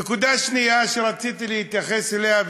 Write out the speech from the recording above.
נקודה שנייה שרציתי להתייחס אליה,